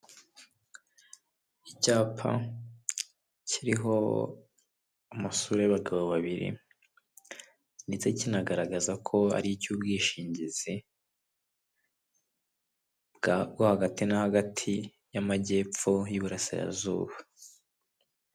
Icyapa kiriho amasura y'abagabo babiri ndetse kinagaragaza ko ari icy'ubwishingizi bwa rwa hagati no hagati y'amajyepfo y'uburasirazuba.